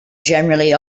generally